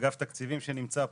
אגף תקציבים שנמצא פה,